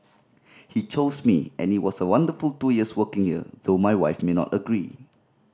he chose me and it was a wonderful two years working here though my wife may not agree